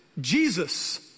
Jesus